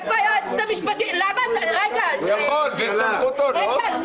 למה לא לדון בנושא החדש?